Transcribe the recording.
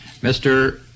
Mr